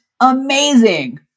amazing